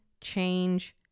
change